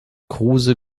kruse